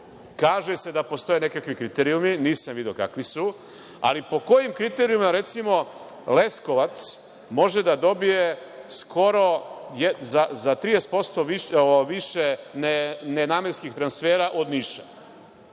Kaže se da postoje nekakvi kriterijumi, nisam video kakvi su. Ali, po kojim kriterijumima, recimo, Leskovac može da dobije skoro za 30% više nenamenskih transfera od Niša?